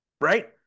right